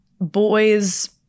boys